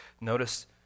Notice